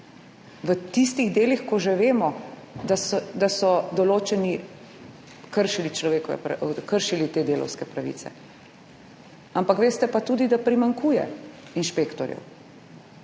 v tistih delih, ko že vemo, da so določeni kršili te delavske pravice, ampak veste pa tudi, da primanjkuje inšpektorjev.